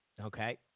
okay